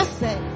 say